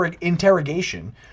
interrogation